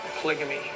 polygamy